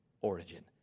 origin